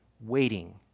Waiting